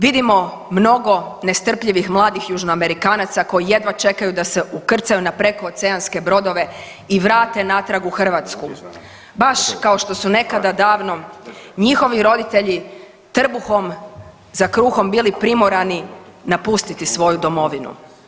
Vidimo mnogo nestrpljivih mladih Južnoamerikanaca koji jedva čekaju da se ukrcaju na prekooceanske brodove i vrate natrag u Hrvatsku, baš kao što su nekada davno njihovi roditelji trbuhom za krugom bili primorani napustiti svoju domovinu.